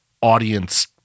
audience